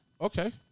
Okay